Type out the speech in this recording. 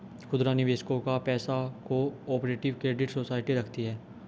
खुदरा निवेशकों का पैसा को ऑपरेटिव क्रेडिट सोसाइटी रखती है